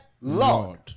Lord